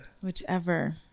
whichever